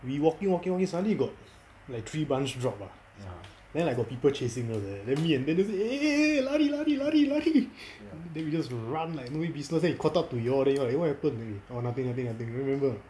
we walking walking suddenly got like tree branch drop ah then like got people chasing us like that then me and dan say eh eh eh 那里那里那里 then we just run like nobody business then we caught up to you all then you all like what happen oh nothing nothing nothing you remember